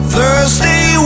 Thursday